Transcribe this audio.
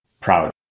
proud